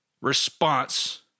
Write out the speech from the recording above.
response